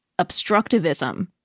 obstructivism